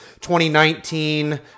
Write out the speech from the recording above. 2019